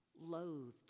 loathed